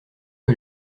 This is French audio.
que